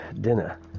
dinner